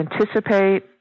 anticipate